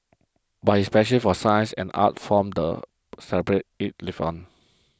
but his passion for science and art forms the celebrate it lived on